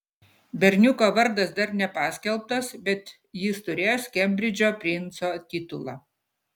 berniuko vardas dar nepaskelbtas bet jis turės kembridžo princo titulą